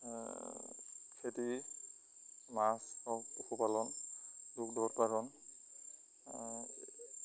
খেতি মাছ হওক পশুপালন দুগ্ধ উৎপাদন